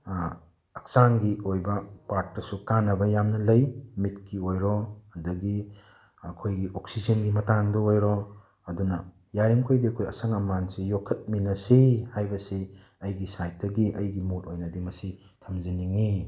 ꯍꯛꯆꯥꯡꯒꯤ ꯑꯣꯏꯕ ꯄꯥꯔꯠꯇꯁꯨ ꯀꯥꯟꯅꯕ ꯌꯥꯝꯅ ꯂꯩ ꯃꯤꯠꯀꯤ ꯑꯣꯏꯔꯣ ꯑꯗꯨꯗꯒꯤ ꯑꯩꯈꯣꯏꯒꯤ ꯑꯣꯛꯁꯤꯖꯦꯟꯒꯤ ꯃꯇꯥꯡꯗ ꯑꯣꯏꯔꯣ ꯑꯗꯨꯅ ꯌꯥꯔꯤ ꯃꯈꯩꯗꯤ ꯑꯩꯈꯣꯏ ꯑꯁꯪ ꯑꯃꯥꯟꯁꯤ ꯌꯣꯛꯈꯠꯃꯤꯟꯅꯁꯤ ꯍꯥꯏꯕꯁꯤ ꯑꯩꯒꯤ ꯁꯥꯏꯠꯇꯒꯤ ꯑꯩꯒꯤ ꯃꯣꯠ ꯑꯣꯏꯅꯗꯤ ꯃꯁꯤ ꯊꯝꯖꯅꯤꯡꯏ